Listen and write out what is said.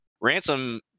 Ransom